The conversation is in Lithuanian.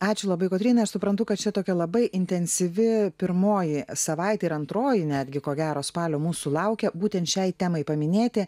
ačiū labai kotryna ir suprantu kad čia tokia labai intensyvi pirmoji savaitė ir antroji netgi ko gero spalio mūsų laukia būtent šiai temai paminėti